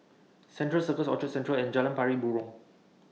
Central Circus Orchard Central and Jalan Pari Burong